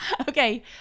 Okay